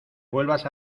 vuelvas